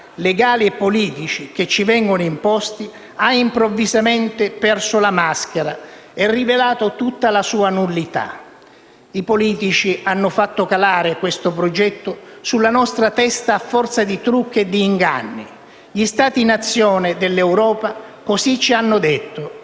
e politici che ci vengono imposti, ha improvvisamente perso la maschera e rivelato tutta la sua nullità. I politici hanno fatto calare questo progetto sulla nostra testa a forza di trucchi e di inganni. Gli Stati nazione dell'Europa, così ci hanno detto,